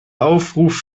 aufruf